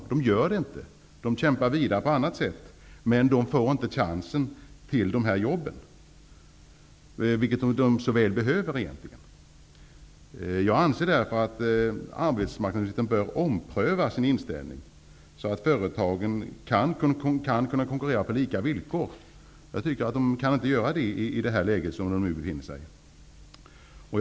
Det gör de inte, utan de kämpar vidare på annat sätt. Men de får inte chans till dessa jobb, vilket de egentligen så väl behöver. Jag anser därför att arbetsmarknadsministern bör ompröva sin inställning, så att företagen kan konkurrera på lika villkor. Jag anser att de inte kan göra det i det läge som de nu befinner sig i.